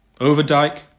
Overdyke